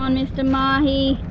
um mister mahi,